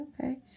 okay